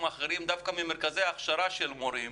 אחרים דווקא ממרכזי הכשרה של מורים,